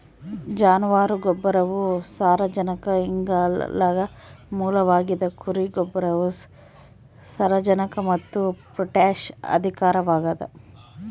ಜಾನುವಾರು ಗೊಬ್ಬರವು ಸಾರಜನಕ ಇಂಗಾಲದ ಮೂಲವಾಗಿದ ಕುರಿ ಗೊಬ್ಬರವು ಸಾರಜನಕ ಮತ್ತು ಪೊಟ್ಯಾಷ್ ಅಧಿಕವಾಗದ